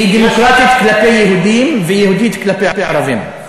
היא דמוקרטית כלפי יהודים ויהודית כלפי ערבים.